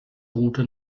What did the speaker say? route